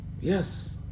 Yes